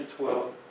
12